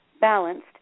balanced